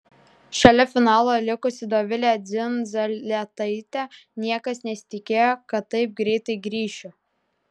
šalia finalo likusi dovilė dzindzaletaitė niekas nesitikėjo kad taip greitai grįšiu